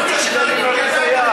אתה רוצה שנרים את היד?